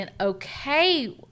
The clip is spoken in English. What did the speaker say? okay